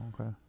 okay